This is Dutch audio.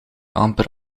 amper